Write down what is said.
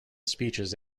speeches